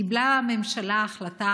קיבלה הממשלה החלטה,